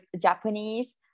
Japanese